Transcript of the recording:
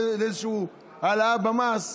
לאיזושהי העלאה במס,